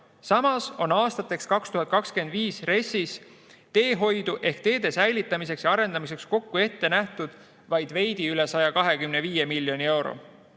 Samas on aastaks 2025 RES‑is teehoiuks ehk teede säilitamiseks ja arendamiseks kokku ette nähtud vaid veidi üle 125 miljoni euro.